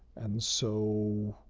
and so,